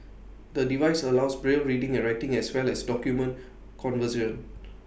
the device allows braille reading and writing as well as document conversion